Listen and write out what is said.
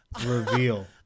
reveal